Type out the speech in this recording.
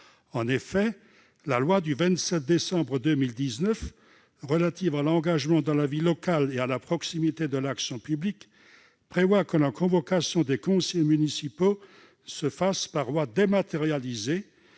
En effet, la loi du 27 décembre 2019 relative à l'engagement dans la vie locale et à la proximité de l'action publique dispose que la convocation des conseillers municipaux se fait par voie dématérialisée,